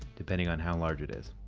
depending on how large it is.